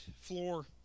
floor